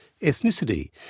ethnicity